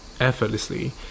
effortlessly